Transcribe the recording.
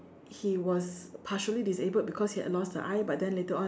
he was partially disabled because he had lost the eye but then later on